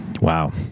Wow